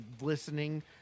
listening